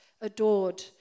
adored